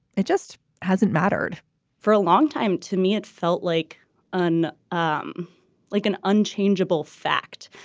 it just hasn't mattered for a long time to me it felt like an um like an unchangeable fact.